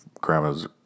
grandma's